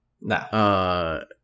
No